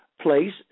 place